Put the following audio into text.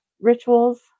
rituals